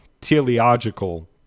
teleological